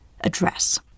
address